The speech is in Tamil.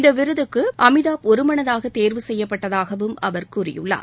இந்த விருதுக்கு அமிதாப் ஒருமனதாக தேர்வு செய்யப்பட்டதாகவும் அவர் கூறியுள்ளார்